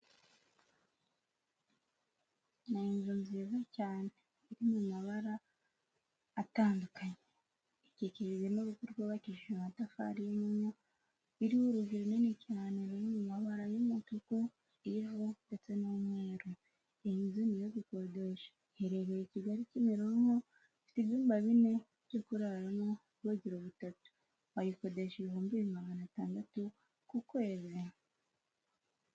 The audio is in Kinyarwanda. Ni inzu nziza cyane iri mu mabara atandukanye, ikikijwe n'urugo rwubakije amatafari y'impunyu, iriho urugi runini cyane ruri mu mabara y'umutuku, ivu ndetse n'umweru. Iyi nzu ni iyo gukodesha, iherereye i Kigali Kimironko, ifite ibyumba bine byo kuraramo, ubwogero bubutatu, wayikodesha ibihumbi magana atandatu ku kwezi.